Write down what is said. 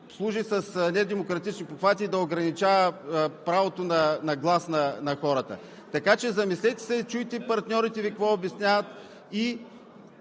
служи с недемократични похвати и да ограничава правото на глас на хората, така че се замислете и чуйте какво Ви обясняват